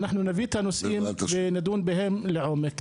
יחד אתך אנחנו נביא את הנושאים ונדון בהם לעומק.